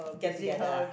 get together ah